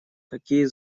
какие